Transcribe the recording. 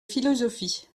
philosophie